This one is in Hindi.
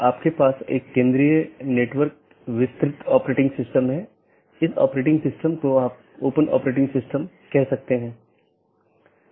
अगर हम BGP घटकों को देखते हैं तो हम देखते हैं कि क्या यह ऑटॉनमस सिस्टम AS1 AS2 इत्यादि हैं